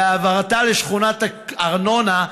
ובהעברתה לשכונת ארנונה,